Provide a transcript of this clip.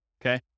okay